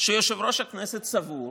שיושב-ראש הכנסת סבור